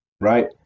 Right